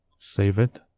save it,